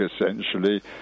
essentially